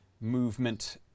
movement